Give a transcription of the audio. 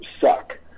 suck